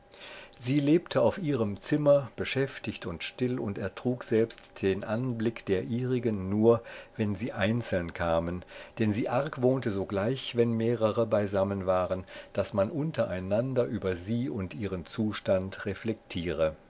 sie lebte auf ihrem zimmer beschäftigt und still und ertrug selbst den anblick der ihrigen nur wenn sie einzeln kamen denn sie argwohnte sogleich wenn mehrere beisammen waren daß man untereinander über sie und ihren zustand reflektiere